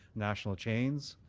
national chains.